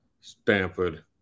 Stanford